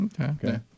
Okay